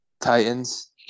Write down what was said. Titans